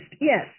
Yes